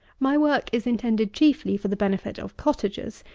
my work is intended chiefly for the benefit of cottagers,